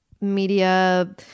media